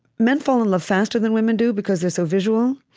men fall in love faster than women do, because they're so visual.